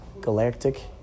Galactic